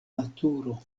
naturo